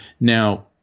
Now